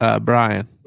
Brian